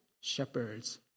Shepherds